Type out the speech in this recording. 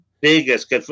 biggest